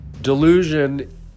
Delusion